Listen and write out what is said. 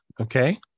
okay